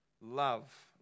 love